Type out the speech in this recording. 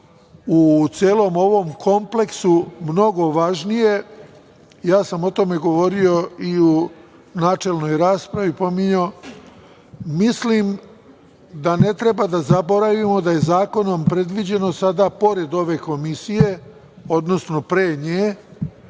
u celom ovom kompleksu mnogo važnije. Ja sam o tome govorio i u načelnoj raspravi pominjao. Mislim da ne treba da zaboravimo da je zakonom predviđeno sada, pored ove komisije, odnosno pre nje